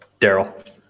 Daryl